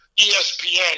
ESPN